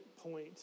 point